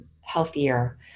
healthier